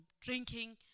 drinking